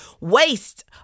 waste